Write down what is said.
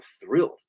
thrilled